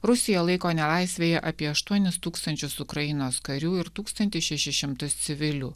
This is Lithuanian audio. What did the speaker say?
rusija laiko nelaisvėje apie aštuonis tūkstančius ukrainos karių ir tūkstantį šešis šimtus civilių